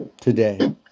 Today